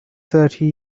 thirty